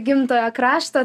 gimtojo krašto